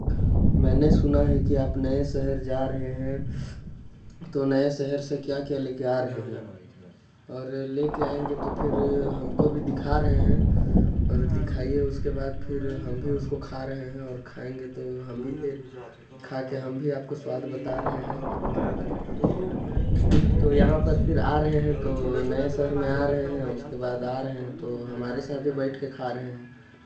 मै ने सुना है आप नए शहर जा रहे है। तो नए शहर से क्या क्या लेकर आ रहे अउ खा रहे है। तो क्या खा रहे तो हमें क्या खिला रहे है तो हम भी बैठ कर खा रहे है। अउ खायेंगे तो हम भी स्वाद बता रहे है की नए शहर से आ रहे है। अउ कुछ खिला रहे है हम भी बैठ कर खा रहे है।